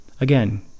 Again